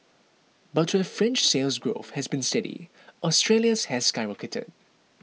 but where French Sales Growth has been steady Australia's has skyrocketed